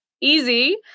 easy